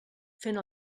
fent